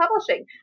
publishing